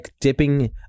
dipping